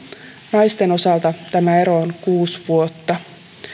naisten osalta tämä ero on kuusi vuotta